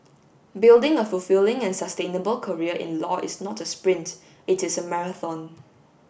building a fulfilling and sustainable career in law is not a sprint it is a marathon